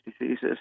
diseases